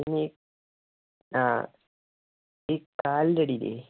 പിന്നെ ആ ഈ കാലിൻ്റെ അടിയിൽ